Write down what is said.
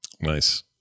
Nice